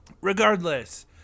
Regardless